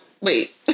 wait